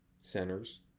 centers